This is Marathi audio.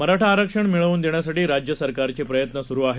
मराठा आरक्षण मिळवून देण्यासाठी राज्य सरकारचे प्रयत्न सुरू आहेत